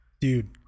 Dude